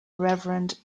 reverend